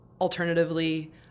Alternatively